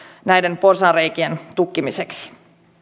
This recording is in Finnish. näiden porsaanreikien tukkimiseksi